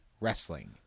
wrestling